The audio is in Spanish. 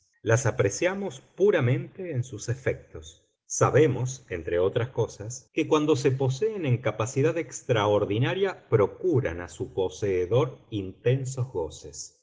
las apreciamos puramente en sus efectos sabemos entre otras cosas que cuando se poseen en capacidad extraordinaria procuran a su poseedor intensos goces